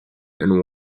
and